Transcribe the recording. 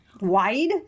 wide